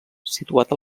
situat